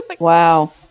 Wow